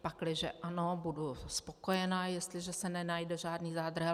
Pakliže ano, budu spokojená, jestliže se nenajde žádný zádrhel.